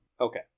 Okay